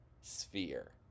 sphere